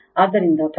ಆದ್ದರಿಂದ ಪ್ರಮಾಣವು